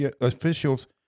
Officials